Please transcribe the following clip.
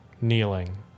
kneeling